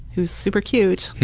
who is super cute,